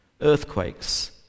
earthquakes